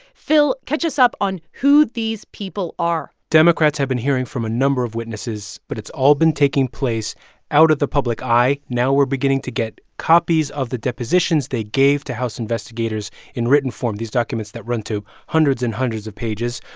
phil, catch us up on who these people are democrats have been hearing from a number of witnesses, but it's all been taking place out of the public eye. now we're beginning to get copies of the depositions they gave to house investigators in written form, these documents that run to hundreds and hundreds of pages.